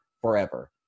forever